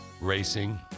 racing